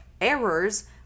errors